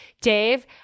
Dave